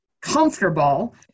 comfortable